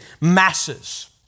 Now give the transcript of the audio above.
masses